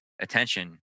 attention